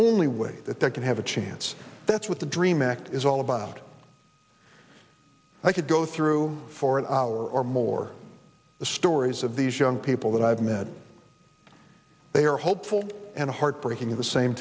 only way that they can have a chance that's what the dream act is all about i could go through for an hour or more the stories of these young people that i've met they are hopeful and heartbreaking at the same